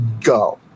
go